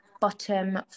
bottom